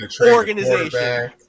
organization